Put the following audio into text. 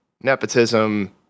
nepotism